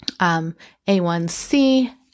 A1C